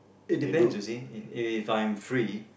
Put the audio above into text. it depend you see if if I'm free